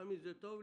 לפעמים זה טוב.